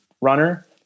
runner